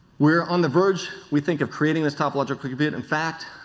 we are on the verge, we think, of creating this top logical computer, in fact,